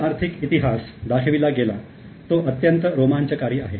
जो आर्थिक इतिहास दाखविला गेला तो अत्यंत रोमांचकारी आहे